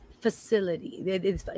facility